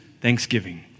thanksgiving